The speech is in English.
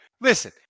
listen